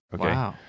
okay